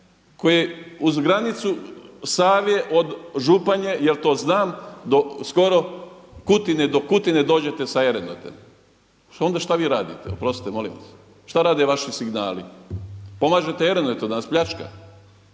koji uz granicu Save od Županje jer to znam do skoro Kutine, do Kutine dođete sa ERONET-om. Onda što vi radite oprostite molim vas? Što rade vaši signali? Pomažete ERONET-u da nas pljačka?